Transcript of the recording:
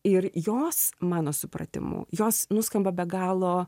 ir jos mano supratimu jos nuskamba be galo